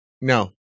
No